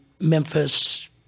Memphis